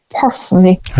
personally